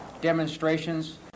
demonstrations